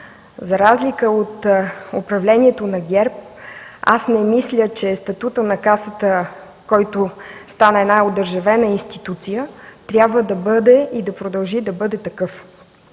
За разлика от управлението на ГЕРБ, аз не мисля, че статутът на Касата, който стана една одържавена институция, трябва да бъде и да продължи да бъде такъв.